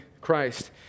Christ